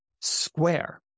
square